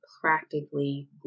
practically